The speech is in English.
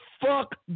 fuck